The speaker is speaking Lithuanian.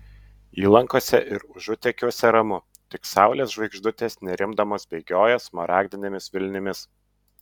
įlankose ir užutekiuose ramu tik saulės žvaigždutės nerimdamos bėgioja smaragdinėmis vilnimis